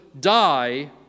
die